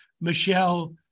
Michelle